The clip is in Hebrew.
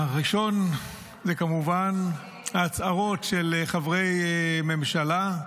הראשון הוא כמובן ההצהרות של חברי ממשלה,